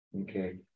Okay